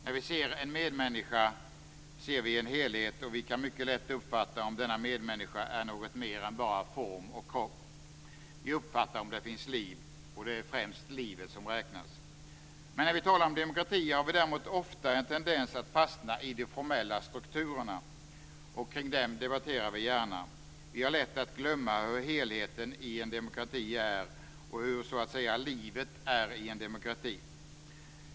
När vi ser en medmänniska ser vi en helhet, och vi kan mycket lätt uppfatta om denna medmänniska är något mer än bara form och kropp. Vi uppfattar om det finns liv, och det är främst livet som räknas. När vi talar om demokrati har vi däremot ofta en tendens att fastna i de formella strukturerna. Kring dem debatterar vi gärna. Vi har lätt att glömma hur helheten i en demokrati är och hur så att säga "livet" är i en demokrati.